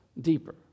deeper